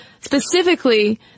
Specifically